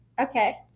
Okay